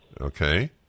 Okay